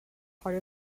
part